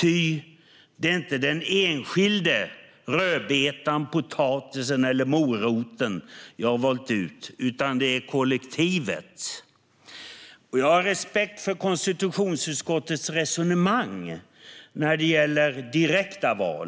ty det är inte den enskilda rödbetan, potatisen eller moroten som jag har valt ut utan kollektivet. Jag har respekt för konstitutionsutskottets resonemang när det gäller direkta val.